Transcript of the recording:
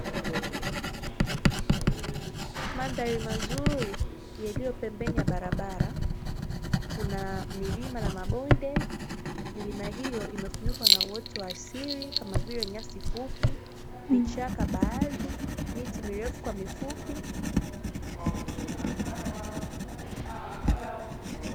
Mandhari mazuri yaliyo pembeni ya barabara. Kuna milima na mabonde, milima hiyo imefunikwa na uoto wa asili kama vile: nyasi fupi, vichaka baadhi, miti mirefu kwa mifupi.